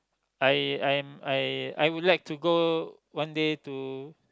I I'm I I would like to go one day to